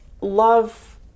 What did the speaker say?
love